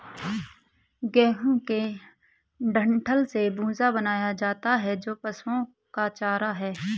गेहूं के डंठल से भूसा बनाया जाता है जो पशुओं का चारा है